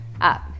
up